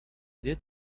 did